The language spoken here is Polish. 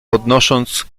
podnosząc